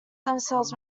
themselves